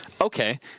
Okay